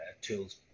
tools